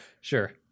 sure